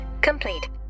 complete